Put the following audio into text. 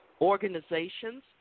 organizations